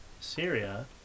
syria